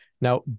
Now